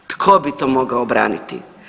Tko bi to mogao braniti?